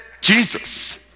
Jesus